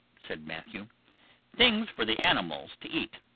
said matthew things for the animals to eat.